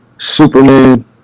Superman